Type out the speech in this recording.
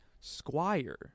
squire